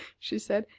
she said.